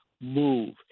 move